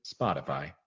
Spotify